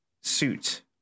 suit